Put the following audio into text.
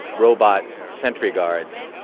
robot sentry guards.